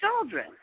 children